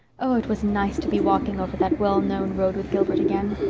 oh, it was nice to be walking over that well-known road with gilbert again!